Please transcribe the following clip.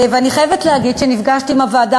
אני חייבת להגיד שנפגשתי עם הוועדה